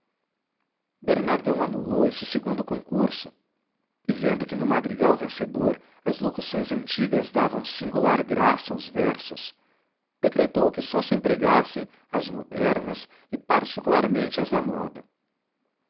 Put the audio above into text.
bernardão anulou esse segundo concurso e vendo que no madrigal vencedor as locuções antigas davam singular graça aos versos decretou que só se empregassem as modernas e particularmente as da moda